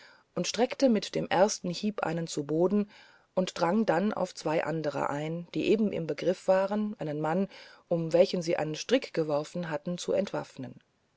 räuber streckte mit dem ersten hieb einen zu boden und drang dann auf zwei andere ein die eben im begriff waren einen mann um welchen sie einen strick geworfen hatten zu entwaffnen